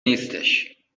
نیستش